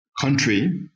country